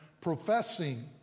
professing